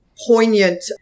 poignant